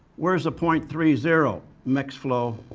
where's the point three zero? mixed flow.